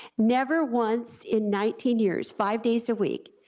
never once in nineteen years, five days a week,